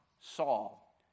Saul